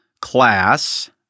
class